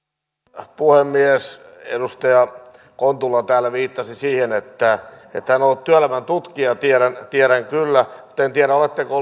arvoisa puhemies edustaja kontula täällä viittasi siihen että hän on ollut työelämän tutkija tiedän kyllä mutta en tiedä oletteko